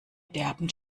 derben